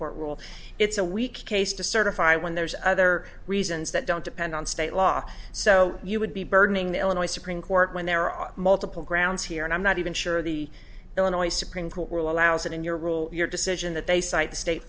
court rule it's a weak case to certify when there's other reasons that don't depend on state law so you would be burdening the illinois supreme court when there are multiple grounds here and i'm not even sure the illinois supreme court will allows it in your rule your decision that they cite state